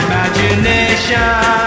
Imagination